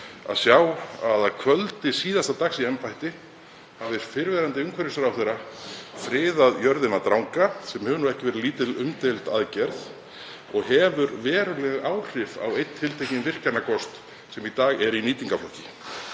að sjá að að kvöldi síðasta dags í embætti hafi fyrrverandi umhverfisráðherra friðað jörðina Dranga, sem mun ekki vera lítil óumdeild aðgerð og hefur veruleg áhrif á einn tiltekinn virkjunarkost sem í dag er í nýtingarflokki.